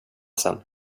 sen